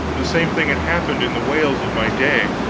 the same thing had happened in the wales of my day,